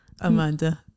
Amanda